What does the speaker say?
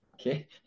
Okay